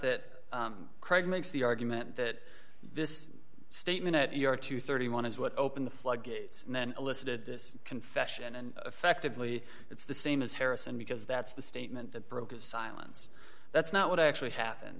that craig makes the argument that this statement at your two hundred and thirty one is what open the floodgates and then elicited this confession and effectively it's the same as harrison because that's the statement that broke his silence that's not what actually happened